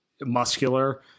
muscular